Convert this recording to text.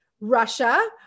Russia